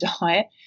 diet